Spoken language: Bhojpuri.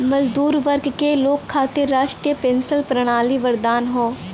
मजदूर वर्ग के लोग खातिर राष्ट्रीय पेंशन प्रणाली वरदान हौ